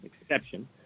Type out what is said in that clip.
exception